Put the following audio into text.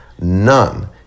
None